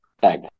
tag